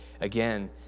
again